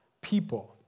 people